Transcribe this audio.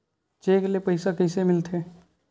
Cheque ले पईसा कइसे मिलथे?